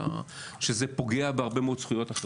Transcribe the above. שזה פוגע בהרבה מאוד זכויות אחרות.